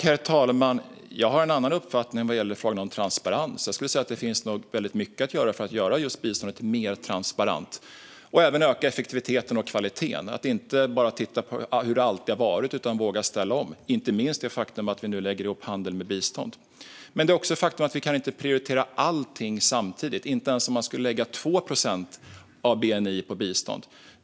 Herr talman! Jag har en annan uppfattning vad gäller frågan om transparens. Jag skulle säga att det nog finns väldigt mycket att göra för att göra biståndet mer transparent och även öka effektiviteten och kvaliteten - att inte bara titta på hur det alltid har varit utan våga ställa om. Här handlar det inte minst om det faktum att vi nu lägger ihop handel med bistånd. Men det är också ett faktum att vi inte kan prioritera allting samtidigt, inte ens om vi skulle lägga 2 procent av bni på bistånd.